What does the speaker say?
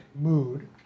mood